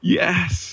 yes